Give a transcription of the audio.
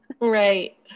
Right